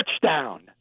Touchdown